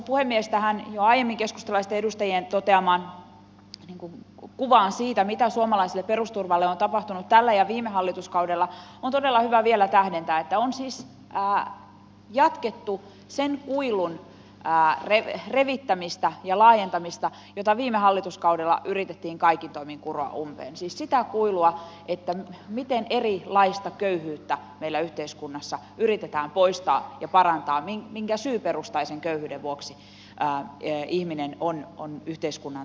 tähän jo aiemmin keskustalaisten edustajien toteamaan kuvaan siitä mitä suomalaiselle perusturvalle on tapahtunut tällä ja viime hallituskaudella on todella hyvä vielä tähdentää että on siis jatkettu sen kuilun repimistä ja laajentamista jota viime hallituskaudella yritettiin kaikin toimin kuroa umpeen siis sitä kuilua että miten erilaista köyhyyttä meillä yhteiskunnassa yritetään poistaa ja parantaa minkä syyperustaisen köyhyyden vuoksi ihminen on yhteiskunnan tuen tarpeessa